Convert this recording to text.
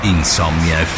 Insomnia